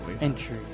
Entry